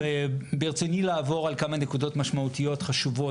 ברצוני לעבור על כמה נקודות משמעותיות חשובות